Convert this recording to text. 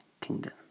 Kingdom